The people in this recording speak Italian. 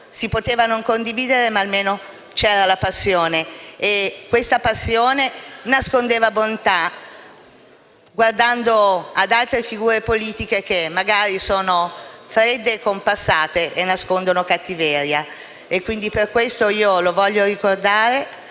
si potevano non condividere le sue idee, ma almeno c'era la passione, e questa passione nascondeva bontà (guardando ad altre figure politiche, che magari sono fredde e compassate e nascondono cattiveria). Per questo lo voglio ricordare